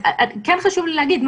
כן חשוב לי להגיד.